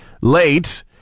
late